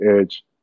edge